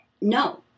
no